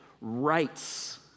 rights